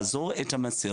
עאטף כן מנסה